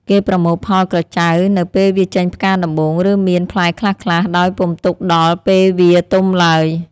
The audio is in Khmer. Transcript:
គេប្រមូលផលក្រចៅនៅពេលវាចេញផ្កាដំបូង ឬមានផ្លែខ្លះៗ ដោយពុំទុកដល់ ពេលវាទុំឡើយ ។